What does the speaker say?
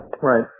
right